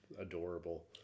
adorable